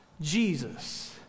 Jesus